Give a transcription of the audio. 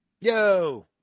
yo